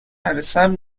نرسم